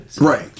Right